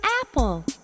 apple